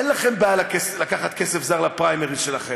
אין לכם בעיה לקחת כסף זר לפריימריז שלכם.